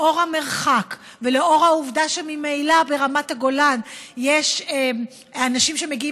לאור המרחק ולאור העובדה שממילא ברמת הגולן האנשים שמגיעים,